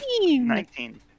Nineteen